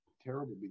terrible